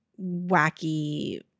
wacky